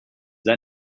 that